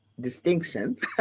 distinctions